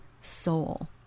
soul